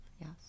Yes